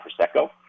Prosecco